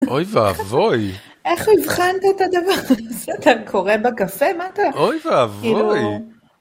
אוי ואבוי. איך הבחנת את הדבר הזה? אתה קורא בקפה? מה אתה... אוי ואבוי.